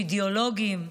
אידיאולוגים,